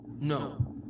no